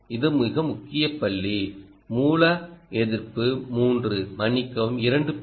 இது முக்கிய புள்ளி மூல எதிர்ப்பு 3 மன்னிக்கவும் 2